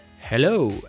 hello